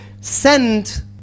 send